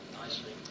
nicely